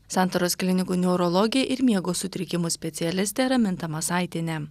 santaros klinikų neurologė ir miego sutrikimų specialistė raminta masaitienė